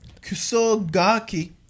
Kusogaki